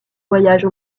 voyages